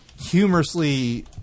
humorously